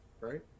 right